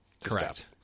correct